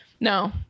no